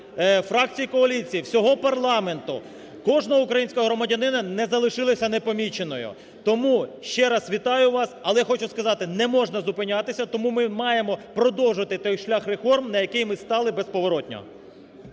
фракцій і коаліції, всього парламенту, кожного українського громадянина не залишилася непоміченою. Тому ще раз вітаю вас, але я хочу сказати, не можна зупинятися, тому ми маємо продовжувати той шлях реформ, на який ми стали безповоротно.